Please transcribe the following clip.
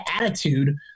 attitude